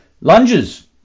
Lunges